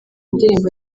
ndirimbo